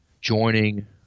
joining